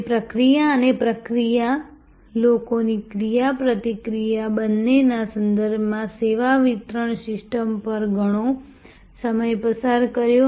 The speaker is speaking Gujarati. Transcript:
અમે પ્રક્રિયા અને પ્રક્રિયા લોકોની ક્રિયાપ્રતિક્રિયા બંનેના સંદર્ભમાં સેવા વિતરણ સિસ્ટમ પર ઘણો સમય પસાર કર્યો